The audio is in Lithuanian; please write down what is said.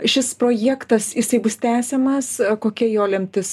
šis projektas jisai bus tęsiamas kokia jo lemtis